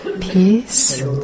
peace